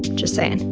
just saying!